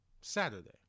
Saturday